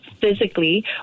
physically